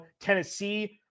Tennessee